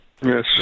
Yes